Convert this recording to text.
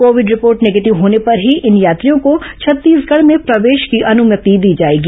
Covid report negative होने पर ही इन यात्रियों को छत्तीसगढ़ में प्रवेश की अनुमति दी जाएगी